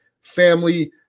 family